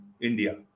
India